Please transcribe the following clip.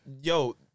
Yo